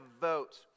vote